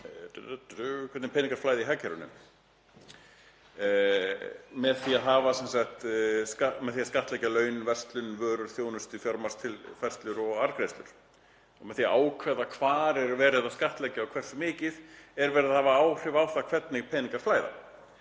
áhrif á það hvernig peningaflæði í hagkerfinu er með því að skattleggja laun, verslun, vörur, þjónustu, fjármagnstilfærslur og arðgreiðslur. Með því að ákveða hvar er verið að skattleggja, og hversu mikið er verið að hafa áhrif á það hvernig peningar flæða.